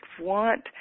want